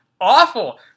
awful